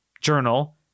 journal